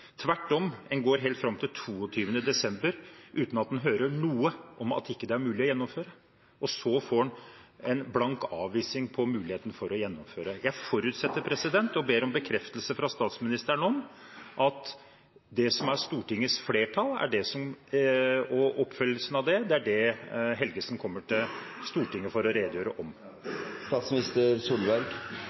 Tvert om går det helt fram til 22. desember uten at man hører noe om at det ikke er mulig å gjennomføre, og så får man blank avvisning av muligheten til å gjennomføre. Jeg forutsetter og ber om bekreftelse fra statsministeren om at statsråd Helgesen kommer til Stortinget for å redegjøre for Stortingets flertallsvedtak og oppfyllelsen av det. Jeg tror at Stortinget må behandle redegjørelsen når redegjørelsen kommer.